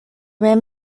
rim